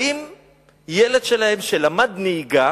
אם ילד שלהם שלמד נהיגה